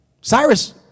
Cyrus